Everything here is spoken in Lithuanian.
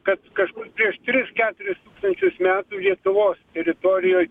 kad kažkur prieš tris keturis tūkstančius metų lietuvos teritorijoj